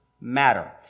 matter